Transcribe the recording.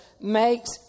makes